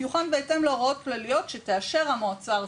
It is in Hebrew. יוכן בהתאם להוראות כלליות שתאשר המועצה הארצית.